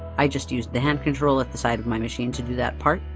i just used the hand control at the side of my machine to do that part,